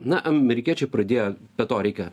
na amerikiečiai pradėjo be to reikia